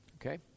Okay